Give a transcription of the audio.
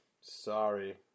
Sorry